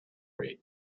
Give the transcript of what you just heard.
read